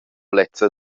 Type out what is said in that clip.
lezza